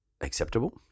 acceptable